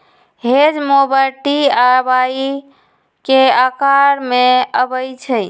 hedge mower T आ Y के अकार में अबई छई